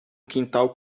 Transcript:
quintal